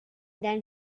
then